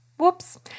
Whoops